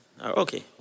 Okay